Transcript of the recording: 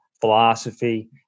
philosophy